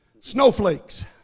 Snowflakes